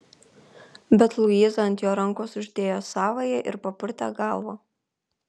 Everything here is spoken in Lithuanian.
bet luiza ant jo rankos uždėjo savąją ir papurtė galvą